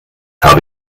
habe